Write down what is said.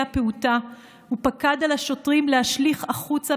הפעוטה ופקד על השוטרים להשליך החוצה,